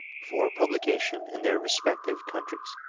for publication in their respective countries.